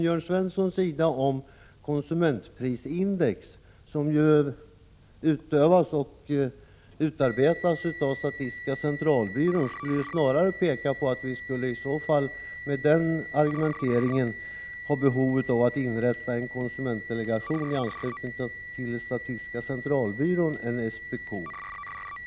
Jörn Svenssons resonemang om konsumentprisindex, som ju utarbetas av statistiska centralbyrån, skulle egentligen peka på att vi hade behov av att inrätta en konsumentdelegation i anslutning till statistiska centralbyrån snarare än i anslutning till SPK.